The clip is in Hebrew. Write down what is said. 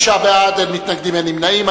עשרה בעד, אין מתנגדים ואין נמנעים.